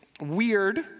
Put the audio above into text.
weird